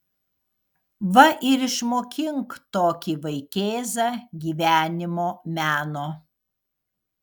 va ir išmokink tokį vaikėzą gyvenimo meno